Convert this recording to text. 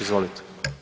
Izvolite.